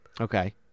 Okay